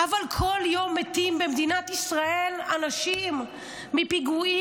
אבל כל יום מתים במדינת ישראל אנשים מפיגועים,